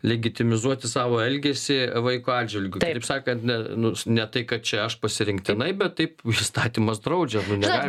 legitimizuoti savo elgesį vaiko atžvilgiu kitaip sakant ne nu ne tai kad čia aš pasirinktinai bet taip įstatymas draudžia nu negali